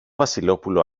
βασιλόπουλο